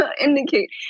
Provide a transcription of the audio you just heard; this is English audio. indicate